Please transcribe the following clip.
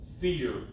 fear